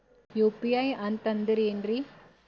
UPI ಅಂತಂದ್ರೆ ಏನ್ರೀ?